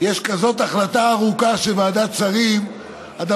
יש כזאת החלטה ארוכה של ועדת שרים על